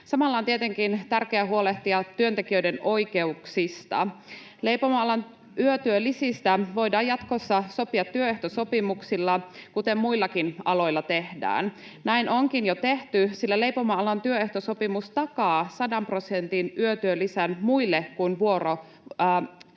Samalla on tietenkin tärkeää huolehtia työntekijöiden oikeuksista. Leipomoalan yötyölisistä voidaan jatkossa sopia työehtosopimuksilla, kuten muillakin aloilla tehdään. Näin onkin jo tehty, sillä leipomoalan työehtosopimus takaa 100 prosentin yötyölisän muille kuin vuorotyöntekijöille.